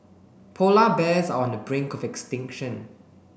polar bears on the brink of extinction